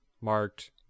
marked